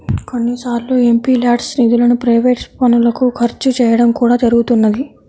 కొన్నిసార్లు ఎంపీల్యాడ్స్ నిధులను ప్రైవేట్ పనులకు ఖర్చు చేయడం కూడా జరుగుతున్నది